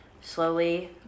slowly